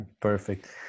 perfect